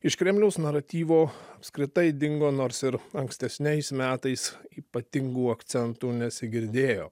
iš kremliaus naratyvo apskritai dingo nors ir ankstesniais metais ypatingų akcentų nesigirdėjo